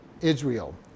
Israel